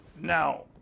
Now